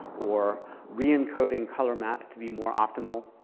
or re-encoding color maps to be more optimal,